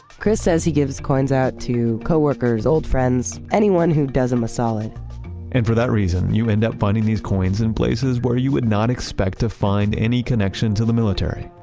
chris says he gives coins out to coworkers, old friends, anyone who does him a solid and for that reason, you end up finding these coins in places where you would not expect to find any connection to the military.